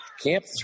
Camp